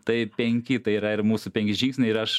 tai penki tai yra ir mūsų penki žingsniai ir aš